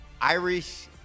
Irish